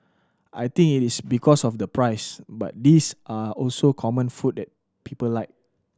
I think it is because of the price but these are also common food that people like